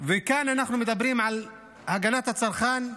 כאן אנחנו מדברים על הגנת הצרכן,